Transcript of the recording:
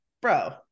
bro